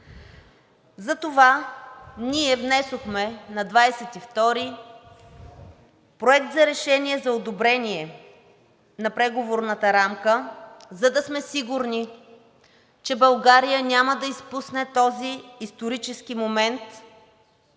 Затова ние внесохме на 22-ри Проект за решение за одобрение на Преговорната рамка, за да сме сигурни, че България няма да изпусне този исторически момент,